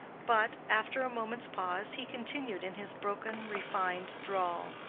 but, after a moment's pause, he continued in his broken, refined drawl,